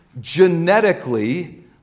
genetically